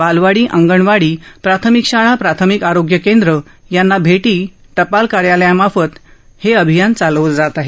बालवाडी अंगणवाडी प्राथमिक शाळा प्राथमिक आरोग्य केंद्रं यांना भेटी टपाल कार्यालयामार्फत हे अभियान चालवलं जात आहे